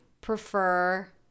prefer